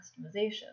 customization